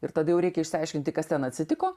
ir tada jaureikia išsiaiškinti kas ten atsitiko